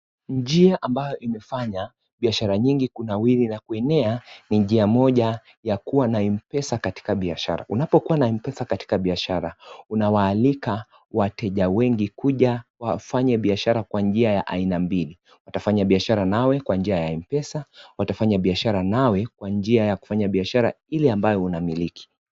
Njia ambayo imefanya biashara nyingi kunawili na kuenea ni njia moja ya kuwa Mpesa katika biashara, unapokuwa na Mpesa katika biashara unawaalika wateja wengi kuja wafanye biashara kwa njia ya aina mbili, watafanya biashara nawe kwa njia ya Mpesa, watafanya biashara nawe kwa njia ya kufanya biashara ile ambayo unamiliki.